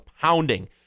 pounding